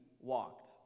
walked